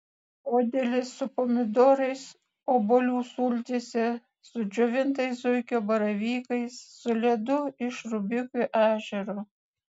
podėlis su pomidorais obuolių sultyse su džiovintais zuikio baravykais su ledu iš rubikių ežero